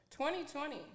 2020